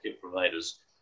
providers